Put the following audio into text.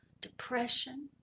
depression